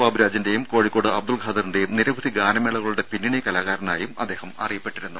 ബാബുരാജിന്റെയും കോഴിക്കോട് അബ്ദുൾഖാദറിന്റെയും നിരവധി ഗാനമേളകളുടെ പിന്നണി കലാകാരനായും അദ്ദേഹം അറിയപ്പെട്ടിരുന്നു